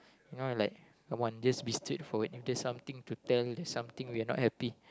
you know I like I want just be straightforward if there's something to tell there's something we are not happy